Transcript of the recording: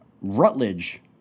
Rutledge